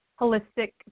holistic